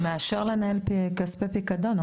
הוא מאשר לנהל כספי פיקדון.